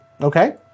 Okay